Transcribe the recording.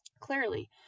Clearly